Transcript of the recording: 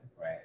right